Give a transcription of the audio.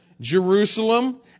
Jerusalem